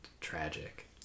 Tragic